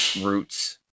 roots